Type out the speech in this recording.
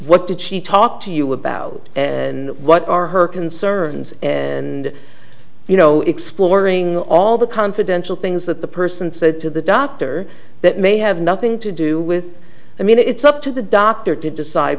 what did she talk to you about and what are her conservancy and you know exploring all the confidential things that the person said to the doctor that may have nothing to do with i mean it's up to the doctor to decide